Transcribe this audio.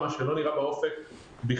מה שלא נראה באופק בכלל.